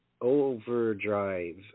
overdrive